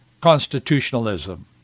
constitutionalism